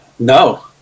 No